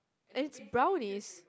it's brownies